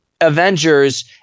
Avengers